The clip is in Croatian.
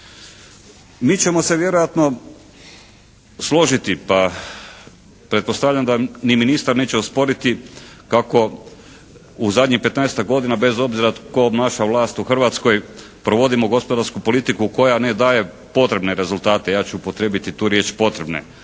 Mi ćemo se vjerojatno složiti, pa pretpostavljam da ni ministar neće osporiti kako u zadnjih 15-ak godina bez obzira tko obnaša vlast u Hrvatskoj provodimo gospodarsku politiku koja ne daje potrebne rezultate. Ja ću upotrijebiti tu riječ: "potrebne".